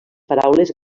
paraules